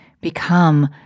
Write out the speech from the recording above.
Become